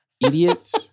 Idiots